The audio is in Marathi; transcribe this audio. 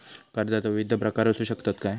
कर्जाचो विविध प्रकार असु शकतत काय?